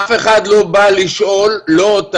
אף אחד לא בא לשאול אותה,